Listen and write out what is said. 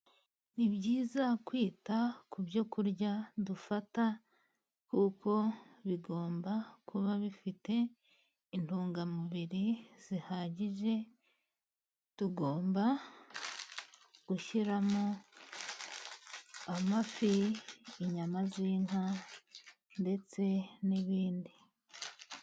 Ni byiza kwita ku byo kurya dufata, kuko bigomba kuba bifite intungamubiri zihagije. Tugomba gushyiramo amafi, inyama z'inka ndetse n'ibindi.